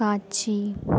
காட்சி